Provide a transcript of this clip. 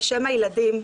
בשם הילדים,